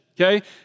okay